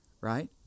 right